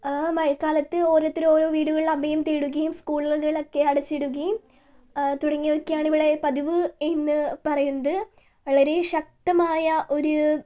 മഴക്കാലത്ത് ഓരോരുത്തർ ഓരോ വീടുകളിൽ അഭയം തേടുകയും സ്കൂളുകളൊക്കെ അടച്ചിടുകയും തുടങ്ങിയവയൊക്കെയാണ് ഇവിടെ പതിവ് എന്നു പറയുന്നത് വളരെ ശക്തമായ ഒരു